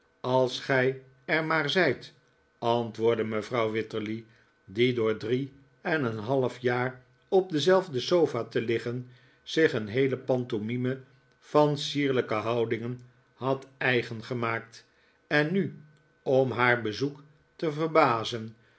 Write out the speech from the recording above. als gij er maar zijt antwoordde mevrouw wititterly die door drie en een half jaar op dezelfde sofa te liggen zich een heele pantomime van sierlijke houdingen had eigen gemaakt en nu om haar bezoek te verbazen